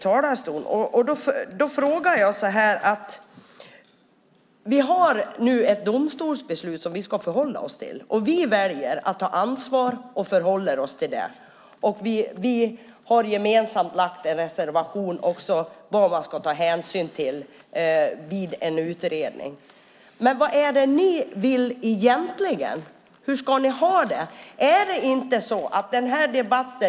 Bland annat tog jag upp att vi nu har ett domstolsbeslut som vi ska förhålla oss till. Vi väljer att ta ansvar och förhåller oss till det. Vi har en gemensam reservation där vi tar upp vad man vid en utredning ska ta hänsyn till. Vad är det egentligen majoriteten vill? Hur ska ni ha det?